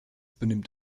benimmt